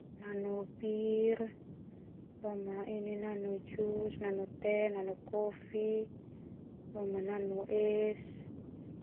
Nanu bir, boma ini nanu jus, nanu teh, nanu kofi, boma nanu es.